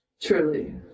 Truly